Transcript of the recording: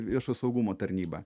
viešo saugumo tarnyba